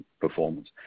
performance